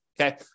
okay